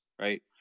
right